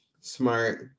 smart